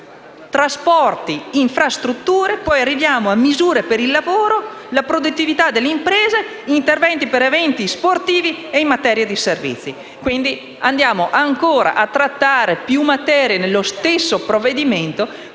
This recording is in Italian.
trasporti e infrastrutture; e poi arriviamo a misure per il lavoro, la produttività delle imprese, interventi per eventi sportivi e in materia di servizi. Quindi, vengono trattate più materie nello stesso provvedimento,